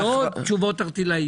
לא תשובות ערטילאיות.